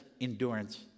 endurance